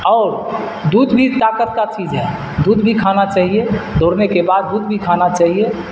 اور دودھ بھی طاقت کا چیز ہے دودھ بھی کھانا چاہیے دوڑنے کے بعد دودھ بھی کھانا چاہیے